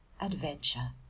adventure